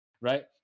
Right